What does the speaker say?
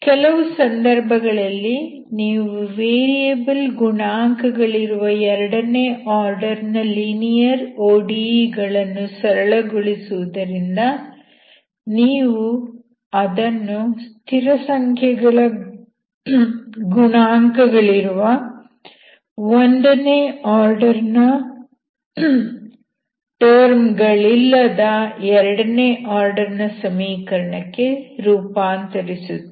ಕೆಲವು ಸಂದರ್ಭಗಳಲ್ಲಿ ನೀವು ವೇರಿಯಬಲ್ ಗುಣಾಂಕ ಗಳಿರುವ ಎರಡನೇ ಆರ್ಡರ್ ನ ಲೀನಿಯರ್ ODE ಗಳನ್ನು ಸರಳಗೊಳಿಸುವುದರಿಂದ ನೀವು ಅದನ್ನು ಸ್ಥಿರಸಂಖ್ಯೆಗಳ ಗುಣಾಂಕಗಳಿರುವ ಒಂದನೇ ಆರ್ಡರ್ ನ ಟರ್ಮ್ ಗಳಿಲ್ಲದ ಎರಡನೇ ಆರ್ಡರ್ ನ ಸಮೀಕರಣಕ್ಕೆ ರೂಪಾಂತರಿಸುತ್ತೀರಿ